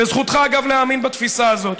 וזכותך, אגב, להאמין בתפיסה הזאת.